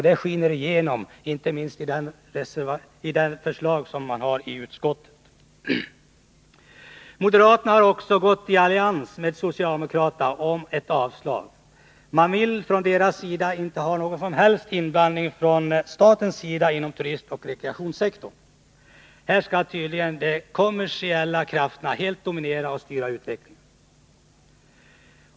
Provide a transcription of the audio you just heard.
Det skiner igenom, inte minst i det förslag som socialdemokraterna har lagt fram i utskottet. Moderaterna har gått i allians med socialdemokraterna om ett avstyrkande. De vill inte ha någon som helst inblandning från statens sida inom turistoch rekreationssektorn. Här skall tydligen de kommersiella krafterna helt dominera och styra utvecklingen.